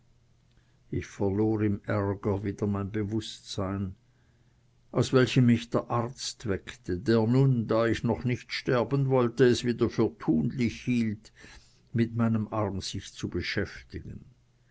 ich verlor im ärger wieder mein bewußtsein aus welchem mich der arzt weckte der nun da ich noch nicht sterben wollte es wieder für tunlich hielt mit meinem arm sich zu beschäftigen